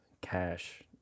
cash